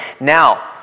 Now